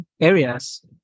areas